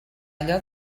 allò